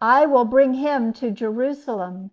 i will bring him to jerusalem,